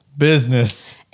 Business